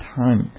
time